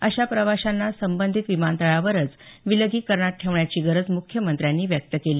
अशा प्रवाशांना संबंधित विमानतळावरच विलगीकरणात ठेवण्याची गरज मुख्यमंत्र्यांनी व्यक्त केली